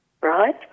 Right